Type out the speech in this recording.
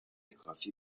کافی